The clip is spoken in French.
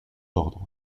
ordres